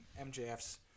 MJF's